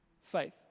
Faith